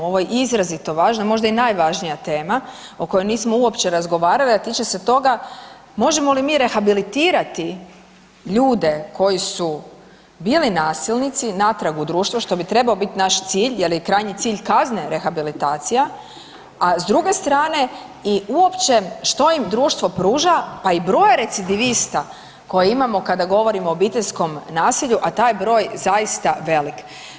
Ovo je izrazito važna možda i najvažnija tema o kojoj nismo uopće razgovarali, a tiče se toga možemo li mi rehabilitirati ljude koji su bili nasilnici natrag u društvo što bi trebao biti naš cilj jer je i krajnji cilj kazne rehabilitacija, a s druge strane i uopće što im društvo pruža pa i broj recidivista koje imamo kada govorimo o obiteljskom nasilju, a taj je broj zaista velik.